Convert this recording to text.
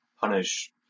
punish